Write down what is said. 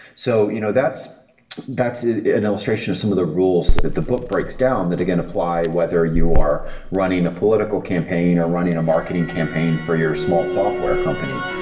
so you know that's that's an illustration of some of the rules that the book breaks down that again apply whether you are running a political campaign, or running a marketing campaign for your small software company.